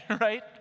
right